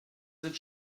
sind